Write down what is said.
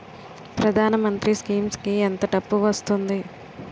ప్రధాన మంత్రి స్కీమ్స్ కీ ఎంత డబ్బు వస్తుంది?